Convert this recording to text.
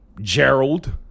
Gerald